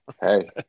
hey